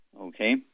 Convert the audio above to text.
Okay